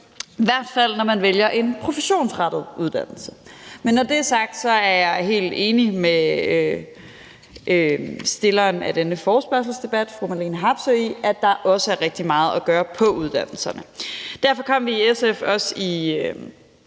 i hvert fald når man vælger en professionsrettet uddannelse. Men når det er sagt, er jeg helt enig med forespørgeren til denne forespørgselsdebat, fru Marlene Harpsøe, i, at der også er rigtig meget at gøre på uddannelserne. Derfor kom vi i SF også for